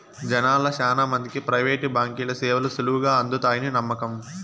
జనాల్ల శానా మందికి ప్రైవేటు బాంకీల సేవలు సులువుగా అందతాయని నమ్మకం